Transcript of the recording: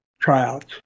tryouts